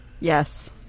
Yes